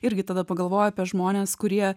irgi tada pagalvoju apie žmones kurie